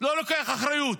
לא לוקח אחריות,